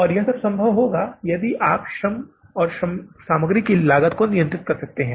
और यह सब संभव हुआ है या संभव होगा यदि आप सामग्री की लागत और श्रम लागत को नियंत्रित करते हैं